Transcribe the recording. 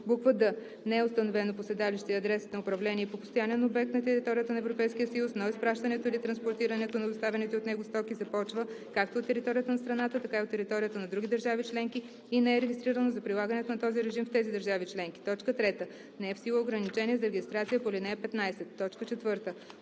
или д) не е установено по седалище и адрес на управление и по постоянен обект на територията на Европейския съюз, но изпращането или транспортирането на доставяните от него стоки започва както от територията на страната, така и от територията на други държави членки, и не е регистрирано за прилагането на този режим в тези държави членки; 3. не е в сила ограничение за регистрация по ал. 15. 4.